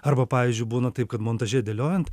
arba pavyzdžiui būna taip kad montaže dėliojant